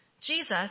Jesus